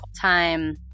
time